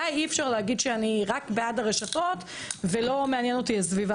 עליי אי אפשר להגיד שאני רק בעד הרשתות ולא מעניין אותי הסביבה.